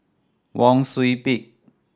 Wang Sui Pick